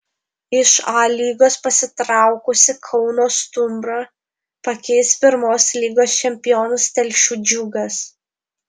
iš a lygos pasitraukusį kauno stumbrą pakeis pirmos lygos čempionas telšių džiugas